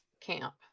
camp